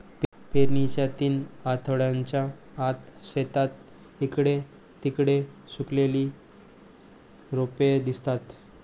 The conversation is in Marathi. पेरणीच्या तीन आठवड्यांच्या आत, शेतात इकडे तिकडे सुकलेली रोपे दिसतात